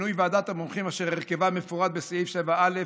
שמינוי ועדת המומחים אשר הרכבה מפורט בסעיף 7ד(א)